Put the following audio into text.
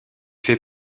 fait